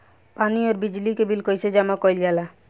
पानी और बिजली के बिल कइसे जमा कइल जाला?